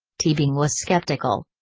teabing was skeptical.